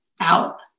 out